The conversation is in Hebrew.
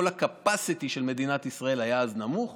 כל ה-capacity של מדינת ישראל בבדיקות היה אז נמוך